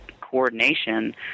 coordination